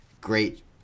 great